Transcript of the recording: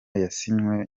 yasinywe